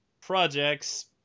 projects